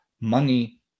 money